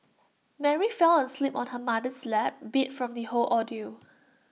Mary fell asleep on her mother's lap beat from the whole ordeal